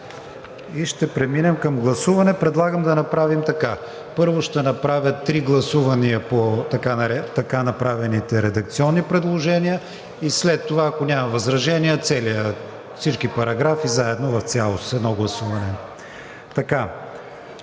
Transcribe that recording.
и ще преминем към гласуване. Предлагам да направим така: първо ще направя три гласувания по така направените редакционни предложения и след това, ако няма възражения, всички параграфи заедно в цялост – едно гласуване.